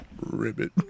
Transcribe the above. Ribbit